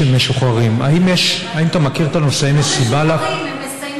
שכבר קבענו אותם בתחילת הכנסת הזאת בשעות הרבות שישבנו על חוק המזון.